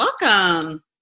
Welcome